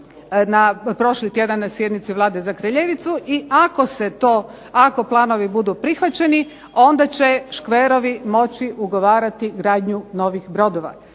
na prošli tjedan sjednici Vlade za Kraljevicu i ako planovi budu prihvaćeni onda će škverovi moći ugovarati gradnju novih brodova.